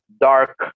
dark